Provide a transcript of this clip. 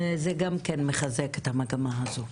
זה גם כן מחזק את המגמה הזו.